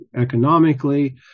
economically